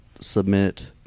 submit